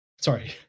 sorry